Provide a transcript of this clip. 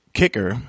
kicker